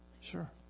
Sure